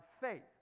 faith